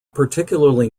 particularly